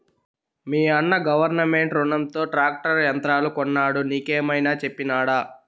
మీయన్న గవర్నమెంట్ రునంతో ట్రాక్టర్ యంత్రాలు కొన్నాడు నీకేమైనా చెప్పినాడా